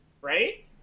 right